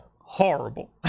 horrible